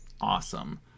awesome